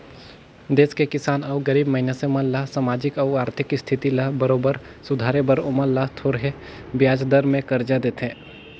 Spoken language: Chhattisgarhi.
देस के किसान अउ गरीब मइनसे मन ल सामाजिक अउ आरथिक इस्थिति ल बरोबर सुधारे बर ओमन ल थो रहें बियाज दर में करजा देथे